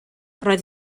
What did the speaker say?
roedd